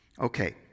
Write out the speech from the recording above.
Okay